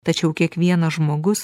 tačiau kiekvienas žmogus